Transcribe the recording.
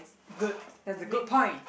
good that's a good point